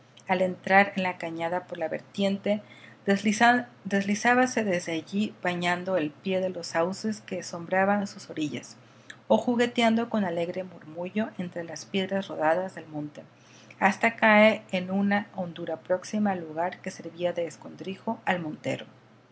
al entrar en la cañada por la vertiente deslizábase desde allí bañando el pie de los sauces que sombreaban sus orillas o jugueteando con alegre murmullo entre las piedras rodadas del monte hasta caer en una hondura próxima al lugar que servía de escondrijo al montero